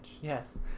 yes